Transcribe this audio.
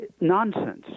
nonsense